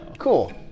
Cool